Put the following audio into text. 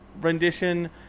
rendition